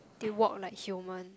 they walk like human